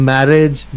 Marriage